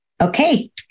Okay